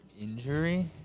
injury